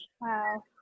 Wow